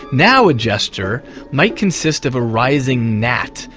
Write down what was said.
now a gesture might consist of a rising gnat,